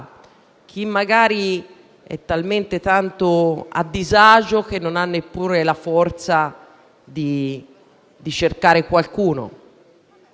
chi magari è talmente tanto a disagio che non ha neppure la forza di cercare qualcuno.